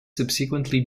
subsequently